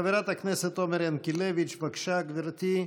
חברת הכנסת עומר ינקלביץ', בבקשה, גברתי.